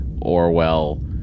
Orwell